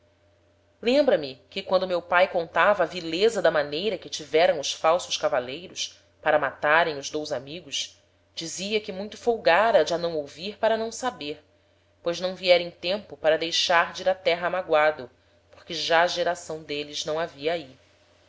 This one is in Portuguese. lembra-me que quando meu pae contava a vileza da maneira que tiveram os falsos cavaleiros para matarem os dous amigos dizia que muito folgara de a não ouvir para a não saber pois não viera em tempo para deixar de ir á terra magoado porque já geração d'êles não havia ahi